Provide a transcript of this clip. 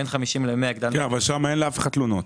בין 50 100 הגדלנו --- אבל שם אין לאף אחד תלונות.